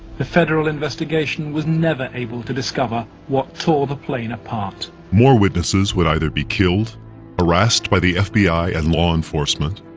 the federal investigation was never able to discover what tore the plane apart. more witnesses would either be killed harassed by the fbi and law enforcement,